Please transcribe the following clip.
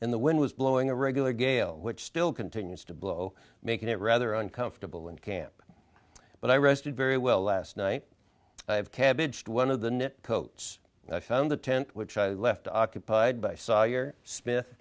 and the wind was blowing a regular gale which still continues to blow making it rather uncomfortable when camp but i rested very well last night i have cabbage one of the knit coats and i found the tent which i left occupied by sawyer smith